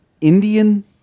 Indian